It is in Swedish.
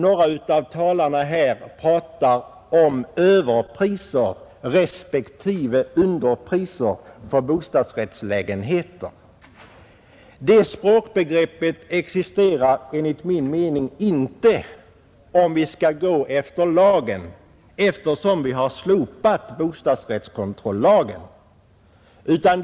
Några av talarna har här pratat om överpriser respektive underpriser för bostadsrättslägenheter. De begreppen existerar enligt min mening inte, eftersom vi har slopat bostadsrättskontrollagen.